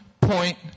point